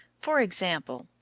for example,